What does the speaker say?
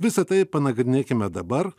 visa tai panagrinėkime dabar